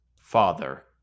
Father